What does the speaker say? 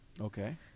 Okay